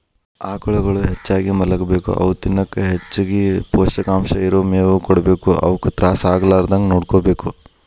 ಆಕಳುಗಳು ಹೆಚ್ಚಾಗಿ ಮಲಗಬೇಕು ಅವು ತಿನ್ನಕ ಹೆಚ್ಚಗಿ ಪೋಷಕಾಂಶ ಇರೋ ಮೇವು ಕೊಡಬೇಕು ಅವುಕ ತ್ರಾಸ ಆಗಲಾರದಂಗ ನೋಡ್ಕೋಬೇಕು